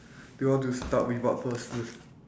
you want to start with what first